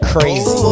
Crazy